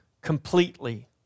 completely